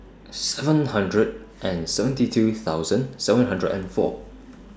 seven hundred and seventy two thousand seven hundred and four